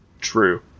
True